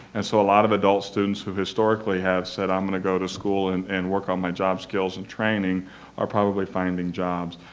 and so a lot of adult students who historically have said i'm going to go to school and and work on my job skills and training are probably finding jobs.